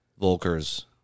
Volker's